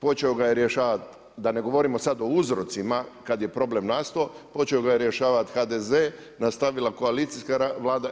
Počeo ga je rješavati, da ne govorimo sad o uzrocima kad je problem nastao, počeo ga je rješavati HDZ, nastavila koalicijska Vlada.